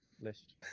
list